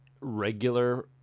regular